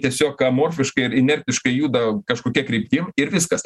tiesiog amorfiška ir inertiškai juda kažkokia kryptim ir viskas